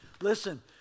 listen